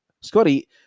Scotty